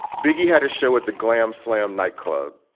biggie had a show at the glam slam nightclub,